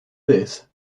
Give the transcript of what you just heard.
this